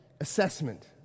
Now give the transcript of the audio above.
assessment